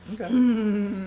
Okay